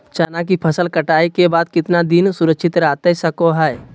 चना की फसल कटाई के बाद कितना दिन सुरक्षित रहतई सको हय?